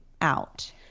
out